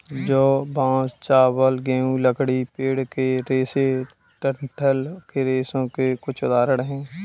जौ, बांस, चावल, गेहूं, लकड़ी, पेड़ के रेशे डंठल के रेशों के कुछ उदाहरण हैं